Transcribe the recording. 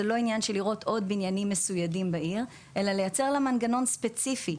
זה לא עניין של לראות בניינים מסוידים בעיר אלא לייצר לה מנגנון ספציפי,